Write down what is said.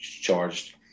charged